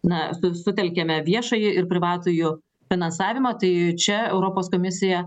na su sutelkiame viešąjį ir privatųjį finansavimą tai čia europos komisija